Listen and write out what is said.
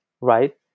right